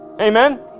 Amen